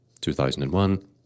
2001